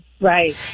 Right